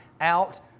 out